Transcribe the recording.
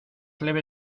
leve